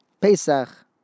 Pesach